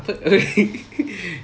apa